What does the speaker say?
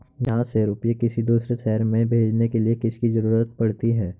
यहाँ से रुपये किसी दूसरे शहर में भेजने के लिए किसकी जरूरत पड़ती है?